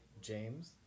James